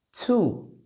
Two